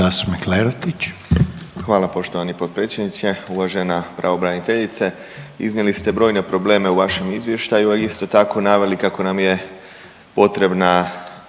Hvala poštovani potpredsjedniče. Uvažena pravobraniteljice iznijeli ste brojne probleme u vašem izvještaju, a isto tako naveli kako nam je potrebna